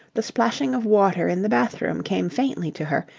the splashing of water in the bathroom came faintly to her,